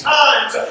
times